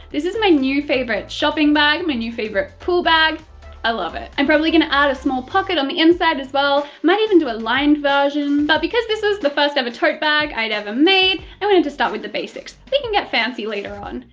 this is my new favourite shopping bag, my new favourite pool bag i love it. i'm probably going to add a small pocket on the inside as well, might even do a lined version but because this was the first ever tote bag i'd ever made, i wanted to start with the basics. we can get fancy later on.